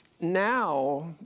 now